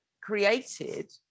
created